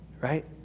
right